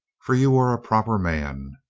for you were a proper man.